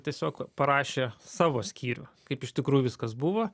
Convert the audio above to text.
tiesiog parašė savo skyrių kaip iš tikrųjų viskas buvo